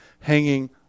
hanging